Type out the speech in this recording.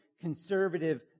conservative